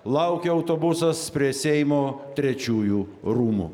laukia autobusas prie seimo trečiųjų rūmų